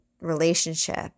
relationship